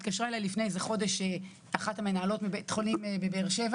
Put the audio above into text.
התקשרה אלי לפני חודש אחת המנהלות מבית חולים בבאר שבע